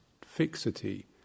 fixity